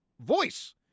voice